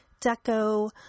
deco